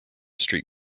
street